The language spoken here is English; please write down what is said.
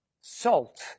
salt